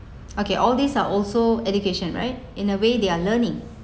okay all these are also education right in a way they are learning